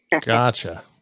Gotcha